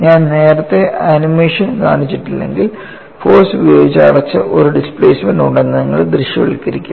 ഞാൻ നേരത്തെ ആനിമേഷൻ കാണിച്ചിട്ടില്ലെങ്കിൽ ഫോഴ്സ് ഉപയോഗിച്ച് അടച്ച ഒരു ഡിസ്പ്ലേസ്മെൻറ് ഉണ്ടെന്ന് നിങ്ങൾ ദൃശ്യവൽക്കരിക്കില്ല